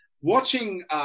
watching